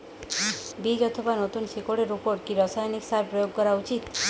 বীজ অথবা নতুন শিকড় এর উপর কি রাসায়ানিক সার প্রয়োগ করা উচিৎ?